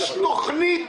יש תוכנית.